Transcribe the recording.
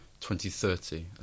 2030